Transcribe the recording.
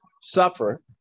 suffer